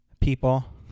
People